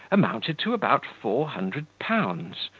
amounted to about four hundred pounds,